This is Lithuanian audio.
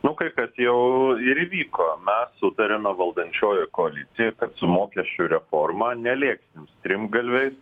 nu kai kas jau ir įvyko mes sutarėme valdančiojoj koalicijoj kad su mokesčių reforma nelėksim strimgalviais